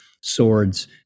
swords